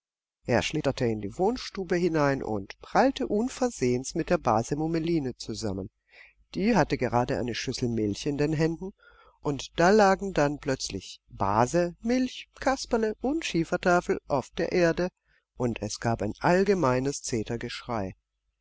er schlitterte in die wohnstube hinein und prallte unversehens mit der base mummeline zusammen die hatte gerade eine schüssel milch in den händen und da lagen dann plötzlich base milch kasperle und schiefertafel auf der erde und es gab ein allgemeines